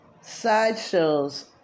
sideshows